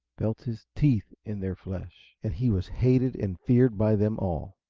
felt his teeth in their flesh and he was hated and feared by them all.